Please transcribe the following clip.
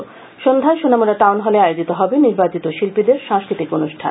ঐদিন সন্ধ্যায় সোনামুড়া টাউন হলে আয়োজিত হবে নির্বাচিত শিল্পীদের সাংস্কৃতিক অনুষ্ঠান